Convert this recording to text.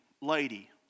lady